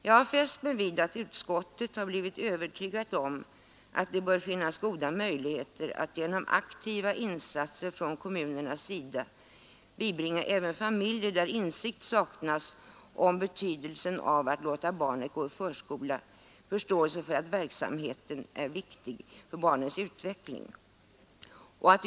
Jag har fäst mig vid att utskottet har ”blivit övertygat om att det bör finnas goda möjligheter att genom aktiva insatser från kommunens sida bibringa även familjer, där insikt saknas om betydelsen av att låta barnet gå i förskola, förståelse för att verksamheten i förskolan är viktig för barnets utveckling”.